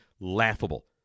laughable